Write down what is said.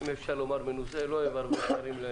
אם אפשר לומר, מנוסה, לא אוהב להביא שרים.